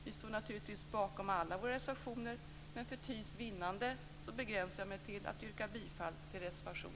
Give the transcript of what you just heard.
Vi står naturligtvis bakom alla våra reservationer, men för tids vinnande begränsar jag mig till att yrka bifall till reservation